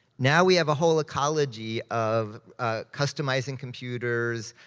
now we have a whole ecology of customizing computers,